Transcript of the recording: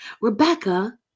Rebecca